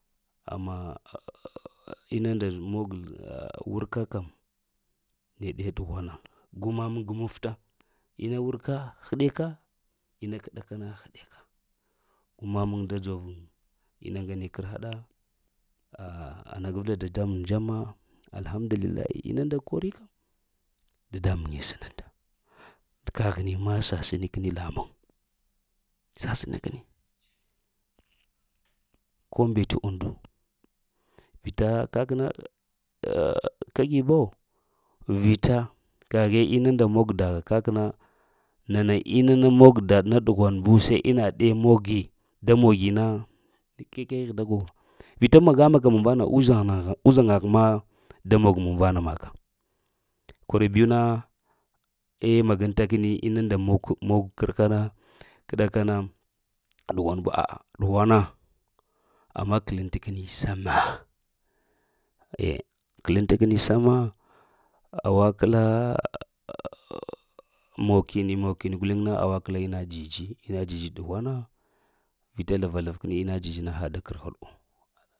Amma ina nda mogal wurka kəm nede ɗughwana gu ma muŋ gunfta, ina wurka heɗeka, ina ɗakana heɗeka guma muŋ da dzov ina ŋane kerhaɗa, a ama ŋgabla a dadamuŋ dzamma, alhamdullillahi inu nda kori kəm. Dadamuŋe sənənta t’ kaghini ma sasəna kəni lamuŋ, sasəna kəni. Ko mbete undu vita kakna kagiboa, vita kaghe inu nda mogo daha kakna, nana ina na mon daɗe na a dʊhwan bo se ina ɗe mogi da mogi na kakehe da mog. Vita mamaga movana uzhaŋ na uzhaŋgah ma da mon mimvana maka. Kor biwna eh maganta kəni inu nda mog mog kə rha na kəɗaka na ɗughwan bo a'a’ ɗughwana amma kə klenta kəni səemah e klenta keni səema awa kla mokini mokini guleŋ na awa kla ina dzidzi ina dzidzi ɗughwana. Vita zləevazla kəni ina dzidzi na ha da kərhaɗu